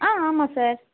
ஆ ஆமாம் சார்